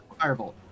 Firebolt